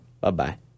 Bye-bye